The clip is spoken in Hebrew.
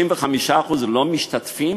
55% מהם לא משתתפים